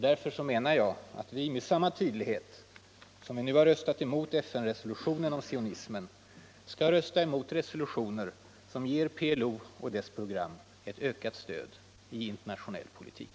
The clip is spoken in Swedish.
Därför menar jag att vi med samma tydlighet med vilken vi nu har röstat emot FN-resolutionen om sionismen skall rösta emot resolutioner som ger PLO och dess program ökat stöd i internationell politik.